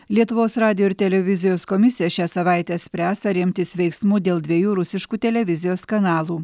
lietuvos radijo ir televizijos komisija šią savaitę spręs ar imtis veiksmų dėl dviejų rusiškų televizijos kanalų